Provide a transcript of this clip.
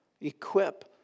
equip